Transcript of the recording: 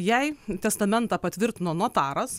jei testamentą patvirtino notaras